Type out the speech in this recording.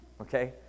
Okay